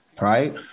Right